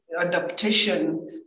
adaptation